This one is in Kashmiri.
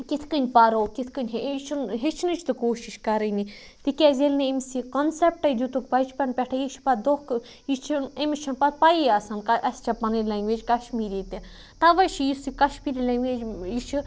یہِ کِتھ کَنۍ پَرو کِتھ کَنۍ ہیٚچھنٕچ تہٕ کوٗشِش کَرٲنی تِکیٛازِ ییٚلہِ نہٕ أمِس یہِ کَنسٮ۪پٹَے دِتُکھ بَچپَن پٮ۪ٹھَے یہِ چھِ پَتہٕ دۄہ کھۄتہٕ یہِ چھِنہٕ أمِس چھِنہٕ پَتہٕ پَیی آسان کہ اَسہِ چھا پَنٕنۍ لنٛگویج کشمیٖری تہِ تَوَے چھِ یُس یہِ کشمیٖری لنٛگویج یہِ چھِ